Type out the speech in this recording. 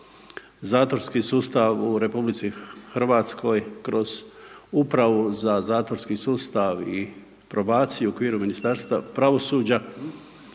zatvorski sustav u RH kroz Upravu za zatvorski sustav i probaciju u okviru Ministarstva pravosuđa